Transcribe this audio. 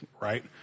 right